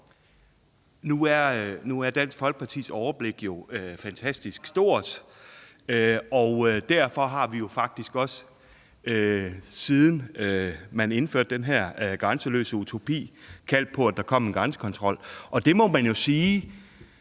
Nu er Dansk Folkepartis overblik jo fantastisk stort, og derfor har vi faktisk også, siden man indførte den her grænseløse utopi, opfordret til, at der kom grænsekontrol. Det må man jo sige